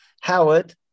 Howard